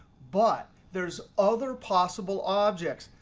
but there's other possible objects,